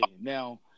Now